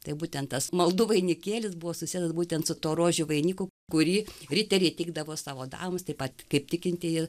tai būtent tas maldų vainikėlis buvo susietas būtent su tuo rožių vainiku kurį riteriai teikdavo savo damoms taip pat kaip tikintieji